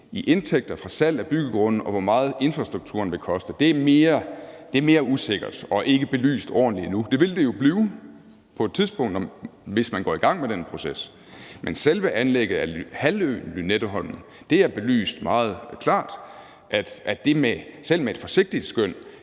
i indtægter fra salg af byggegrunde, og hvor meget infrastrukturen vil koste, er mere usikkert og ikke belyst ordentligt endnu. Det vil det jo blive på et tidspunkt, hvis man går i gang med den proces. Men for selve anlægget af halvøen Lynetteholm er det belyst meget klart, at det selv med et forsigtigt skøn